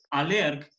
alerg